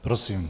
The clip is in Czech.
Prosím.